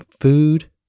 food